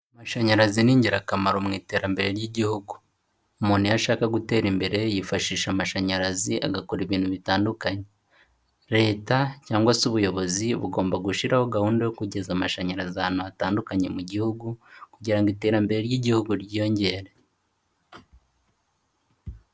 Amashanyarazi ni ingirakamaro mu iterambere ry'igihugu. Umuntu iyo ashaka gutera imbere, yifashisha amashanyarazi agakora ibintu bitandukanye. Leta cyangwa se ubuyobozi bugomba gushyiraho gahunda yo kugeza amashanyarazi ahantu hatandukanye mu gihugu kugira ngo iterambere ry'igihugu ryiyongere.